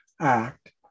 act